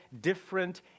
different